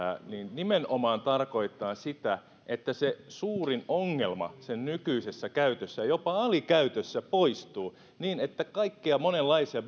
nimenomaan tarkoittaa sitä että se suurin ongelma sen nykyisessä käytössä jopa alikäytössä poistuu niin että kaikkia monenlaisia